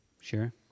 Sure